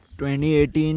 2018